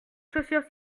chaussures